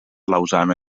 lausana